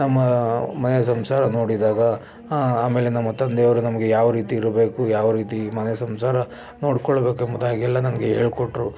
ನಮ್ಮ ಮನೆ ಸಂಸಾರ ನೋಡಿದಾಗ ಆಮೇಲೆ ನಮ್ಮ ತಂದೆಯವರು ನಮಗೆ ಯಾವ ರೀತಿ ಇರಬೇಕು ಯಾವ ರೀತಿ ಮನೆಯ ಸಂಸಾರ ನೋಡ್ಕೊಳ್ಬೇಕೆಂಬುದಾಗಿ ಎಲ್ಲ ನಮಗೆ ಹೇಳ್ಕೊಟ್ರು